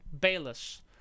Bayless